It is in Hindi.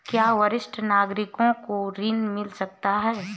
क्या वरिष्ठ नागरिकों को ऋण मिल सकता है?